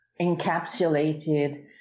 encapsulated